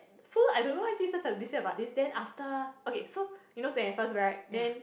so I don't know why but this then after okay so you know twenty first right then